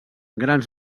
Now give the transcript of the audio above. grans